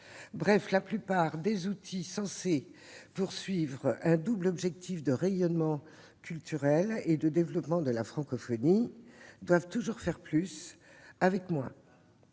Bref, la plupart des outils censés viser un double objectif de rayonnement culturel et de développement de la francophonie doivent toujours faire plus, avec moins.